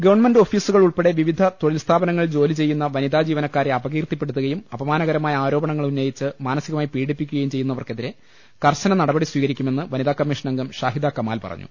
government ഓഫീസുകൾ ഉൾപ്പെടെ വിവിധ തൊഴിൽ സ്ഥാപനങ്ങളിൽ ജോലി ചെയ്യുന്ന വനിതാ ജീവനക്കാരെ അപ കീർത്തിപ്പെടുത്തുകയും അപമാനകരമായ ആരോപണങ്ങൾ ഉന്ന യിച്ച് മാനസികമായി പീഡിപ്പിക്കുകയും ചെയ്യുന്നവർക്കെതിരെ കർശന നടപടി സ്വീകരിക്കുമെന്ന് വനിതാ കമ്മീഷൻ അംഗം ഷാഹിദാ കമാൽ പറഞ്ഞു